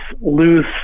lose